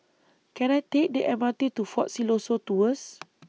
Can I Take The M R T to Fort Siloso Tours